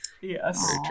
Yes